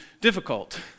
difficult